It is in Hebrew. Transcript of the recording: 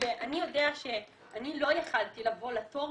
אני יודע שאני לא יכולתי לבוא לתור